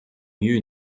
mieux